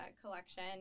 collection